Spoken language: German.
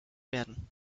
werden